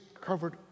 covered